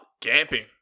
camping